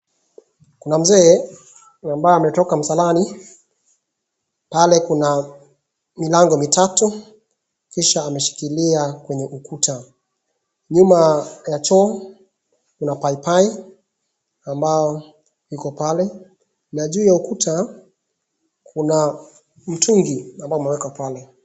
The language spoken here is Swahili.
Kun amzee ambaye ametoka msalani. Pale kuna milango mitatu kisha ameshikilia kwenye ukuta. Nyuma ya choo kuna paipai ambao liko pale na juu ya ukuta kuna mtungi ambao umwekwa pale.